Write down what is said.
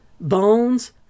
bones